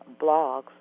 blogs